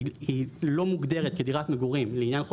שאינה מוגדרת כדירת מקרקעין לעניין חוק